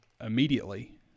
immediately